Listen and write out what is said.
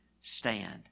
stand